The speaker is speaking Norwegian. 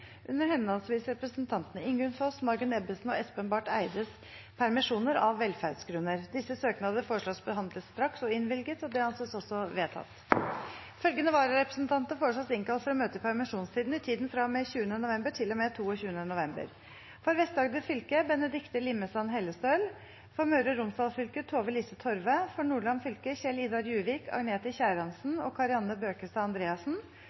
under henholdsvis representantene Ingunn Foss, Margunn Ebbesen og Espen Barth Eides permisjoner, av velferdsgrunner. Etter forslag fra presidenten ble enstemmig besluttet: Søknadene behandles straks og innvilges. Følgende vararepresentanter innkalles for å møte i permisjonstiden: For Vest-Agder fylke: Benedichte Limmesand Hellestøl For Møre og Romsdal fylke: Tove-Lise Torve For Nordland fylke: Kjell-Idar Juvik , Agnete Tjærandsen og Kari Anne Bøkestad Andreassen